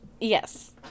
yes